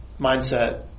mindset